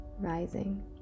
rising